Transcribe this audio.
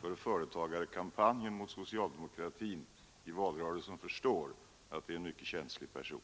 för företagarkampanjen mot socialdemokratin i valrörelsen förstår att han är en mycket känslig person.